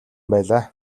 байлаа